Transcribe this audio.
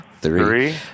three